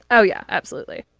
oh yeah absolutely.